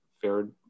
fared